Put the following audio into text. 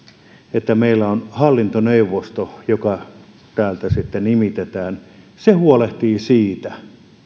että meillä on hallintoneuvosto joka täältä nimitetään se huolehtii siitä